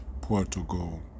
Portugal